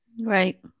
Right